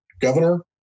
governor